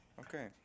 Okay